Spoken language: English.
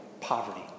poverty